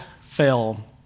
fell